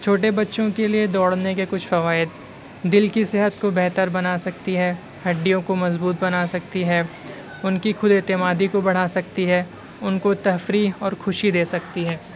چھوٹے بچوں کے لیے دوڑنے کے کچھ فوائد دل کی صحت کو بہتر بنا سکتی ہے ہڈیوں کو مضبوط بنا سکتی ہے ان کی خود اعتمادی کو بڑھا سکتی ہے ان کو تفریح اور خوشی دے سکتی ہے